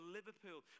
Liverpool